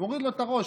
יוריד לו את הראש,